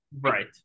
Right